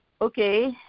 okay